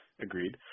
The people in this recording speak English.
agreed